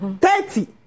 thirty